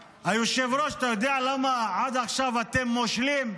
היושב-ראש, אתה יודע למה עד עכשיו אתם מושלים?